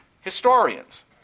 historians